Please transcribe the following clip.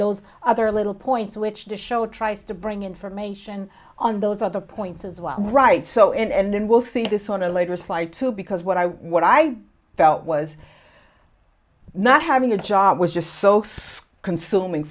those other little points which the show tries to bring information on those other points as well right so in and then we'll see this on a later slide too because what i what i felt was not having a job was just soaks consuming